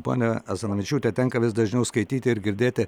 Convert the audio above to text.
ponia asanavičiūte tenka vis dažniau skaityti ir girdėti